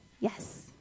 Yes